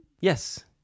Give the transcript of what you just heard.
yes